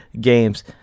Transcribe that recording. games